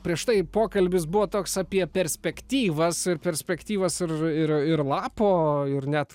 prieš tai pokalbis buvo toks apie perspektyvas perspektyvas ir ir ir lapo ir net